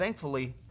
Thankfully